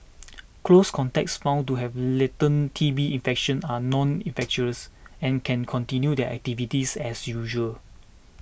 close contacts found to have latent T B infection are not infectious and can continue their activities as usual